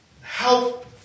help